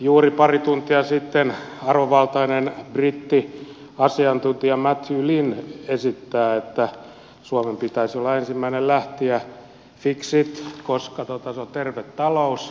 juuri pari tuntia sitten arvovaltainen brittiasiantuntija matthew lynn esitti että suomen pitäisi olla ensimmäinen lähtijä fixit koska se on terve talous